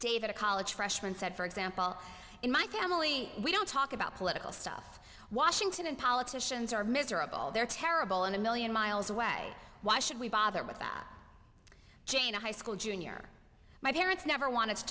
david a college freshman said for example in my family we don't talk about political stuff washington politicians are miserable they're terrible and a million miles away why should we bother with that jena high school junior my parents never want